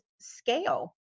scale